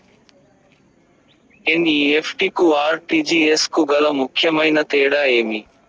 NEFT కు RTGS కు గల ముఖ్యమైన తేడా ఏమి?